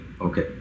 Okay